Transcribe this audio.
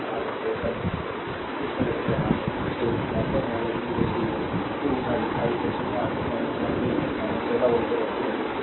तो वास्तव में अगर v your 2 i i 8 लें तो 16 वोल्ट पोलेरिटी रिवर्स होगी